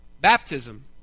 Baptism